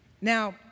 Now